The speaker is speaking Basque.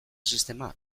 sistema